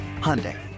Hyundai